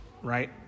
right